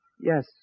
Yes